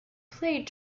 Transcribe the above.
played